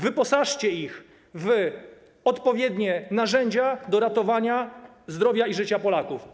Wyposażcie ich w odpowiednie narzędzia do ratowania zdrowia i życia Polaków.